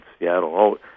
Seattle